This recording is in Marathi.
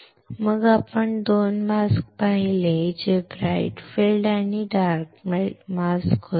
मग आपण दोन मास्क पाहिले आहेत जे ब्राइट फील्ड मास्क आणि डार्क फील्ड मास्क आहेत